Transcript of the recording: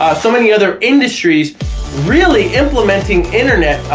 so many other industries really implementing internet,